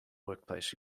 workplace